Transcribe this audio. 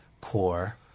core